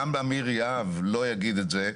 גם אמיר יהב לא יגיד את זה.